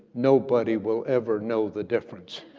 nobody will ever know the difference.